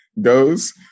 goes